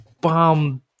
bomb